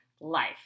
life